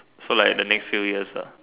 so like the next few years lah